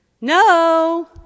no